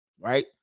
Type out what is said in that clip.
right